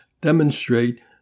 demonstrate